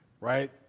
Right